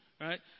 right